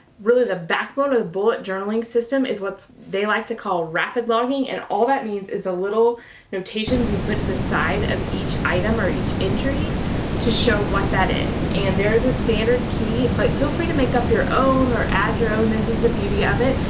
really the backbone of the bullet journaling system is what they like to call rapid logging. and all that means is the little notations you put to the side of each item or each entry to show what that is. and there is a standard key, but feel free to make up your own or add your own. this is the beauty of it.